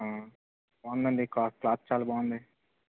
ఆ బాగుందండి cloth cloth చాలా బాగుంది